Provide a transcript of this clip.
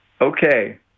Okay